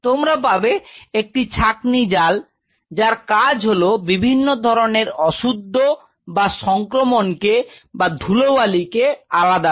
তোমরা পাবে একটি ছাকনি জাল যার কাজ হলো বিভিন্ন ধরনের অশুদ্ধ বা সংক্রমণকে বা ধুলোবালি কে আলাদা করা